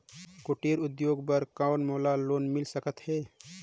कुटीर उद्योग बर कौन मोला लोन मिल सकत हे?